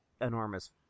enormous